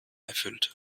erfüllte